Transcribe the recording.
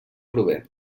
prové